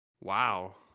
Wow